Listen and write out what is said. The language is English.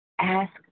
ask